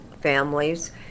families